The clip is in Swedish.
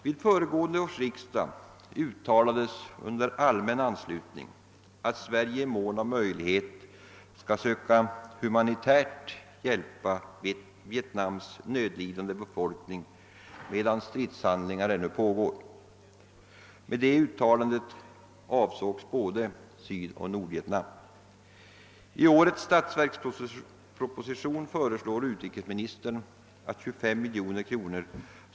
Vid föregående års riksdag uttalades under allmän anslutning att Sverige i mån av möjlighet skall söka humanitärt hjälpa Vietnams nödlidande folk medan stridshandlingarna ännu pågår. Med det uttalandet avsågs både Sydoch Nordvietnam. I årets statsverksproposition föreslår utrikesministern att 25 miljoner kr.